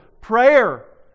prayer